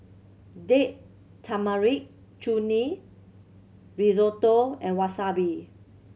Date Tamarind Chutney Risotto and Wasabi